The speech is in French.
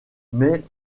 mais